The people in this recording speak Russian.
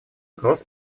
угроз